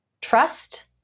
trust